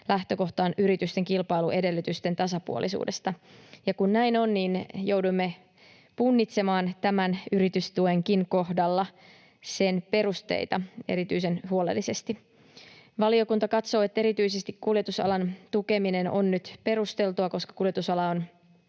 lähtökohtaan yritysten kilpailuedellytysten tasapuolisuudesta. Ja kun näin on, niin jouduimme punnitsemaan tämän yritystuenkin kohdalla sen perusteita erityisen huolellisesti. Valiokunta katsoo, että erityisesti kuljetusalan tukeminen on nyt perusteltua, koska kuljetusala on